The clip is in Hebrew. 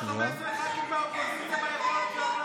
אחד מ-33 השרים נמצאים כאן.